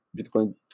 Bitcoin